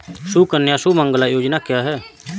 सुकन्या सुमंगला योजना क्या है?